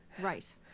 right